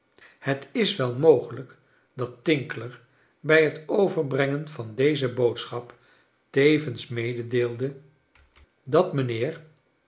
het is wel mogelijk dat tinkler bij het overbrengen van deze boodschap tevens meedeelde dat mijnheer